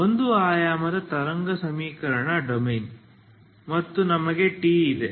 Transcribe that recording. ಒಂದು ಆಯಾಮದ ತರಂಗ ಸಮೀಕರಣ ಡೊಮೇನ್ ಮತ್ತೆ ನಿಮಗೆ t ಇದೆ